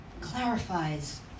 clarifies